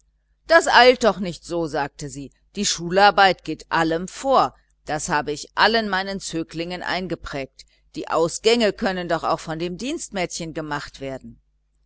das eilt doch nicht so sagte sie die schularbeit geht allem vor das habe ich allen meinen zöglingen eingeprägt die ausgänge könnten doch auch von dem dienstmädchen gemacht werden